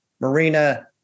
Marina